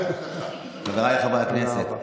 חבריי חברי הכנסת,